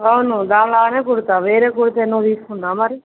అవును దానిలాగనే కుడుతాను వేరే కుడితే నువ్వు తీసుకుంటావా మరి